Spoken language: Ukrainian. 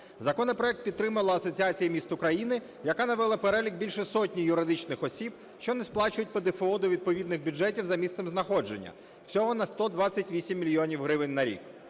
Законопроект підтримала Асоціація міст України, яка навела перелік більше сотні юридичних осіб, що не сплачують ПДФО до відповідних бюджетів за місцем знаходження. Всього на 128 мільйонів гривень на рік.